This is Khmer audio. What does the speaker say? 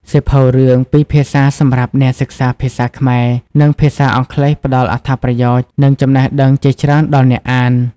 សៀវភៅរឿងពីរភាសាសម្រាប់អ្នកសិក្សាភាសាខ្មែរ និងភាសាអង់គ្លេសផ្ដល់អត្ថប្រយោជន៍ និងចំណេះដឹងជាច្រើនដល់អ្នកអាន។